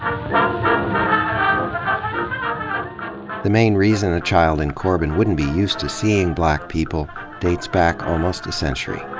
um the main reason a child in corbin wouldn't be used to seeing black people dates back almost a century.